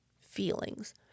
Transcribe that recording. feelings